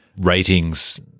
ratings-